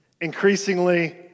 increasingly